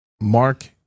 Mark